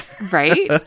Right